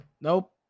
Nope